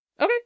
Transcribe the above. Okay